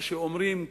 מה שאומרים,